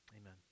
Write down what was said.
Amen